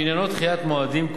עניינו דחיית מועדים.